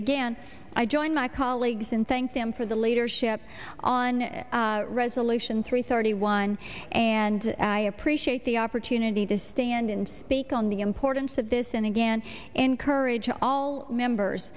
again i join my colleagues and thank them for the later ship on resolution three thirty one and i appreciate the opportunity to stand and speak on the importance of this and again encourage all members